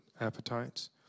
appetites